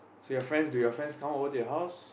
so your friends do your friends come over to your house